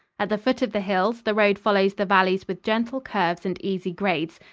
at the foot of the hills the road follows the valleys with gentle curves and easy grades.